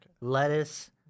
Lettuce